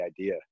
idea